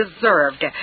deserved